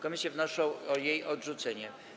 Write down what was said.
Komisje wnoszą o jej odrzucenie.